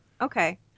Okay